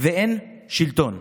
ואין שלטון.